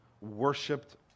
worshipped